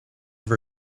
have